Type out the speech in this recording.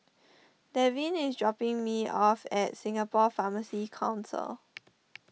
Deven is dropping me off at Singapore Pharmacy Council